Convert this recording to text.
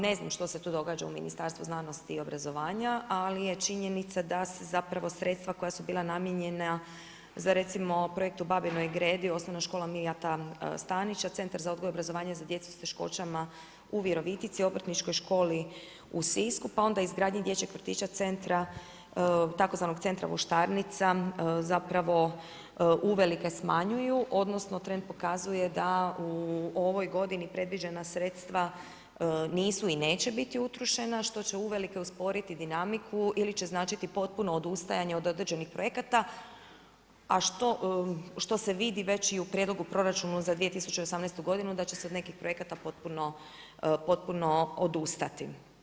Ne znam što se tu događa u Ministarstvu znanosti i obrazovanja ali je činjenica da se zapravo sredstva koja su bila namijenjena za recimo projekt u Babinoj Gredi OŠ Mijata Stanića, Centar za odgoj i obrazovanje za djecu sa teškoćama u Virovitici, Obrtničkoj školi u Sisku pa onda i izgradnji dječjeg vrtića centra, tzv. centra Voštarnica, zapravo uvelike smanjuju odnosno trend pokazuje da u ovoj godini predviđena sredstva nisu i neće biti utrošena što će uvelike usporiti dinamiku ili će značiti potpuno odustajanje od određenih projekata a što se vidi već i u prijedlogu proračuna za 2018. godinu da će se od nekih projekata potpuno odustati.